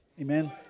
Amen